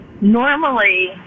Normally